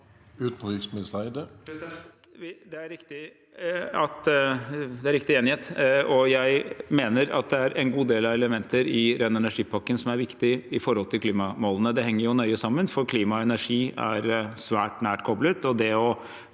Eide Det er riktig at jeg mener at det er en god del elementer i ren energi-pakken som er viktig i forhold til klimamålene. Det henger nøye sammen, for klima og energi er svært nært koblet,